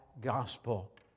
gospel